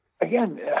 again